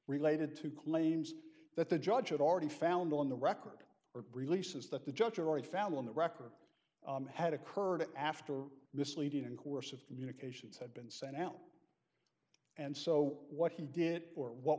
related to claims that the judge had already found on the record or releases that the judge jury found on the record had occurred after misleading and coercive communications had been sent out and so what he did or what